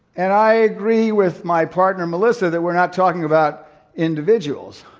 and i agree with my partner melissa that we're not talking about individuals.